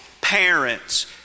parents